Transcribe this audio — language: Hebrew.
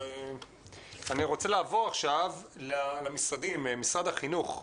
אני רוצה לעבור עכשיו למשרד החינוך.